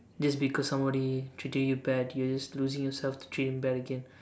just because somebody treated you bad you're just losing yourself to treat them bad again